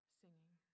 singing